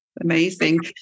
Amazing